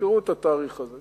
תזכרו את התאריך הזה,